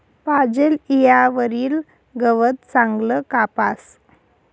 पाजेल ईयावरी गवत चांगलं कापास